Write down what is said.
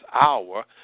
hour